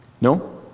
No